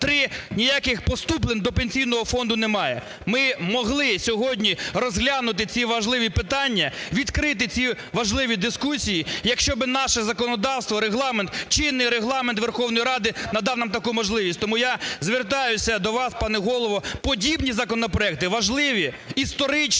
три ніяких поступлень до Пенсійного фонду немає. Ми могли сьогодні розглянути ці важливі питання, відкрити ці важливі дискусії, якщо б наше законодавство, Регламент, чинний Регламент Верховної Ради надав нам таку можливість. Тому я звертаюся до вас, пане Голово, подібні законопроекти важливі, історичні